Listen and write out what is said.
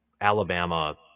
Alabama